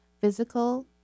physical